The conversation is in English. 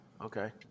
Okay